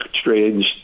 strange